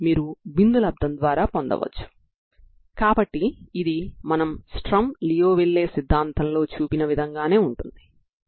ఈ విధంగా మనం uxt ని పొందాము కాబట్టి మీరు దీనిని పరిష్కారంగా కలిగి ఉన్నారు సరేనా